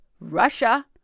Russia